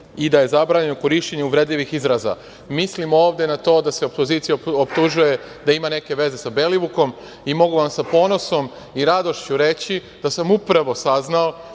i da je zabranjeno korišćenje uvredljivih izraza. Mislim ovde na to da se opozicija optužuje da ima neke veze sa Belivukom i mogu vam sa ponosom i radošću reći da sam upravo saznao